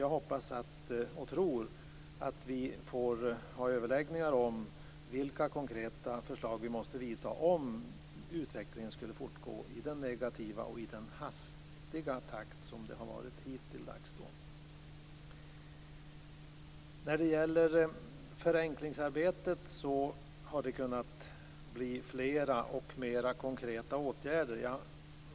Jag hoppas och tror att vi kan ha överläggningar om vilka konkreta åtgärder vi måste vidta om utvecklingen skulle fortgå i samma negativa och hastiga takt som hittilldags. När det gäller förenklingsarbetet har det kunnat bli fler och mer konkreta åtgärder.